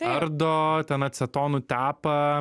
ardo ten acetonu tepa